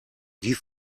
die